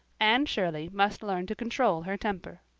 ann shirley must learn to control her temper,